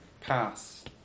pass